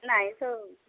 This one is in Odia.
ନାହିଁ ତ